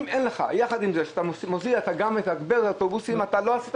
אם יחד עם ההוזלה לא תגברת גם אוטובוסים לא עשית